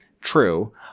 True